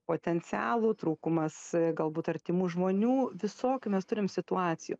potencialų trūkumas galbūt artimų žmonių visokių mes turim situacijų